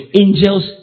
angels